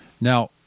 Now